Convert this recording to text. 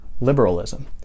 liberalism